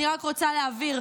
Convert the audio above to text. אני רק רוצה להבהיר,